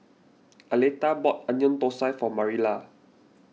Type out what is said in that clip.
Aletha bought Onion Thosai for Marilla